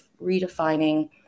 redefining